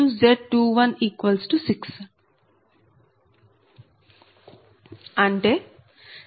అంటే Z11V111